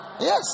Yes